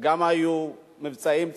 וגם היו מבצעים צבאיים.